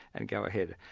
and go ahead.